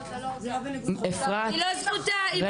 לא זכותה, זה בניגוד לחוק.